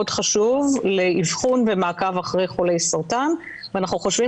חשוב לאבחון ומעקב אחרי חולי סרטן ואנחנו חושבים